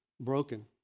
broken